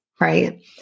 right